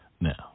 Now